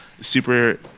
Super